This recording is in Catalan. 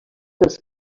pels